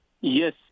Yes